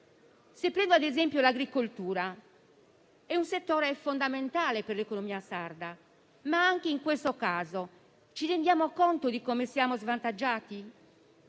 l'accesso ai fondi. L'agricoltura è un settore fondamentale per l'economia sarda, ma anche in questo caso ci rendiamo conto di come siamo svantaggiati?